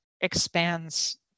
expands